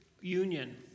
union